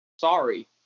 Sorry